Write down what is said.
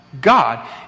God